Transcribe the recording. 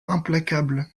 implacable